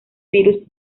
virus